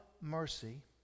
mercy